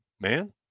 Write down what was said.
man